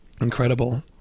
Incredible